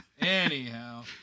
Anyhow